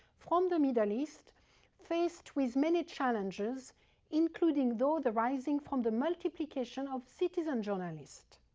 from the middle east faced with many challenges including though the rising from the multiplication of citizen journalists.